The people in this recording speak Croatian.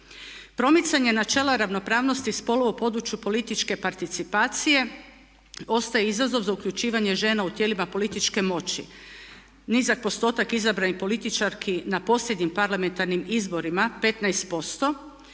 Promicanje načela ravnopravnosti spolova u području političke participacije ostaje izazov za uključivanje žena u tijelima političke moći. Nizak postotak izabranih političarki na posljednjim parlamentarnim izborima 15%